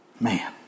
man